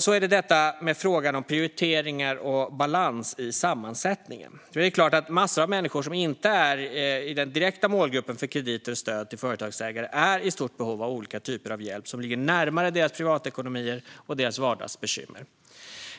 Så till frågan om prioriteringar och balans i sammansättningen. Det är klart att massor av människor som inte är i den direkta målgruppen för krediter och stöd till företagsägare är i stort behov av olika typer av hjälp som ligger närmare deras privatekonomier och vardagsbekymmer.